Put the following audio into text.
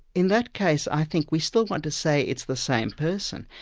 in that case, i think we still want to say it's the same person,